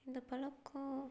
இந்த பழக்கம்